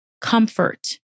comfort